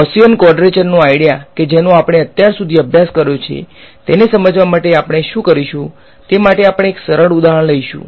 Gaussian ક્વાડ્રેચરનો idea કે જેનો આપણે અત્યાર સુધી અભ્યાસ કર્યો છે તેને સમજવા માટે આપણે શું કરીશું તે માટે આપણે એક સરળ ઉદાહરણ લઈશું